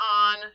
on